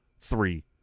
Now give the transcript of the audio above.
three